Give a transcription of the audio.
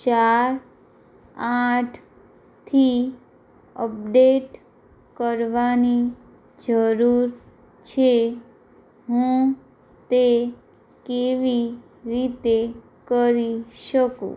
ચાર આઠથી અપડેટ કરવાની જરુર છે હું તે કેવી રીતે કરી શકું